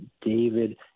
David